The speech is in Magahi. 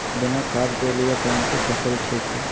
बिना खाद के लिए कौन सी फसल ठीक है?